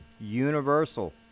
universal